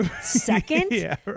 Second